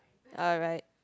alright